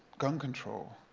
gun control,